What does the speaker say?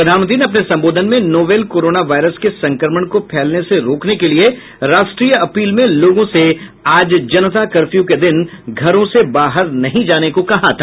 प्रधानमंत्री ने अपने संबोधन में नोवेल कोरोना वायरस के संक्रमण को फैलने से रोकने के लिए राष्ट्रीय अपील में लोगों से आज जनता कर्फ्यू के दिन घरों से बाहर नहीं जाने को कहा था